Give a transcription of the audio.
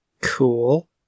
cool